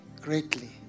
greatly